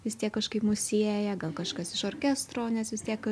vis tiek kažkaip mus sieja gal kažkas iš orkestro nes vis tiek